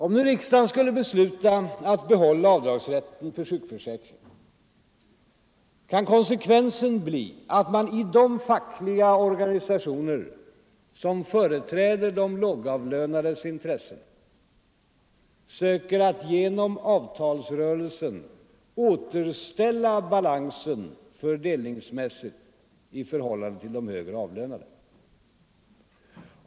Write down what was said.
Om nu riksdagen skulle besluta att behålla avdragsrätten för sjukförsäkringen kan konsekvensen bli att man i de fackliga organisationer som företräder de lågavlönades intressen söker att genom avtalsrörelsen återställa balansen fördelningsmässigt i förhållande till de högre avlönade.